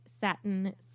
satin